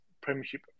premiership